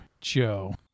joe